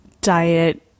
diet